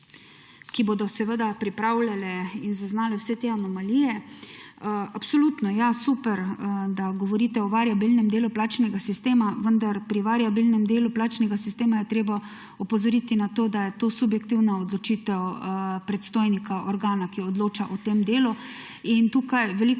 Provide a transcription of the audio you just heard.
ki bodo pripravljali in zaznali vse te anomalije. Super, da govorite o variabilnem delu plačnega sistema, vendar pri variabilnem delu plačnega sistema je treba opozoriti na to, da je to subjektivna odločitev predstojnika organa, ki odloča o tem delu. Tukaj velikokrat